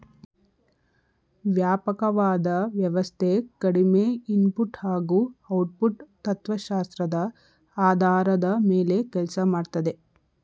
ವ್ಯಾಪಕವಾದ ವ್ಯವಸ್ಥೆ ಕಡಿಮೆ ಇನ್ಪುಟ್ ಹಾಗೂ ಔಟ್ಪುಟ್ ತತ್ವಶಾಸ್ತ್ರದ ಆಧಾರದ ಮೇಲೆ ಕೆಲ್ಸ ಮಾಡ್ತದೆ